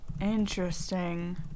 Interesting